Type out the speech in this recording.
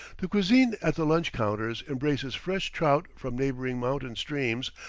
the cuisine at the lunch-counters embraces fresh trout from neighboring mountain streams,